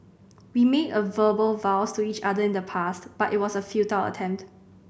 we made verbal vows to each other in the past but it was a futile attempt